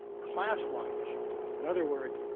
class-wide issues. in other words,